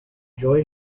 joy